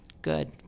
good